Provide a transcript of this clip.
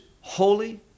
holy